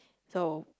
so